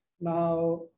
Now